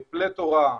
פלתורה,